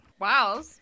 Wow